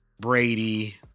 Brady